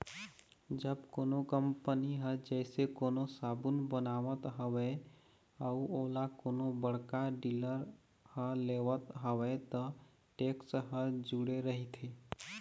जब कोनो कंपनी ह जइसे कोनो साबून बनावत हवय अउ ओला कोनो बड़का डीलर ह लेवत हवय त टेक्स ह जूड़े रहिथे